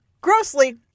Grossly